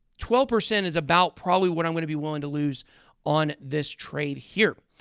twelve percent is about probably what i'm going to be willing to lose on this trade here.